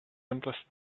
simplest